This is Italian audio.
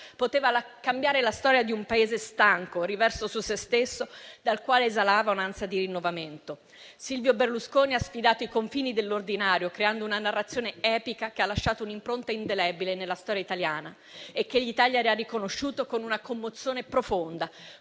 poteva cambiare la storia di un Paese stanco, riverso su se stesso, dal quale esalava un'ansia di rinnovamento. Silvio Berlusconi ha sfidato i confini dell'ordinario, creando una narrazione epica che ha lasciato un'impronta indelebile nella storia italiana e che l'Italia gli ha riconosciuto con una commozione profonda,